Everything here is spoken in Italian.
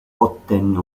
ottenne